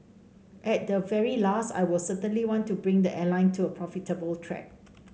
at the very last I will certainly want to bring the airline to a profitable track